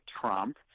Trump